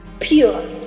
pure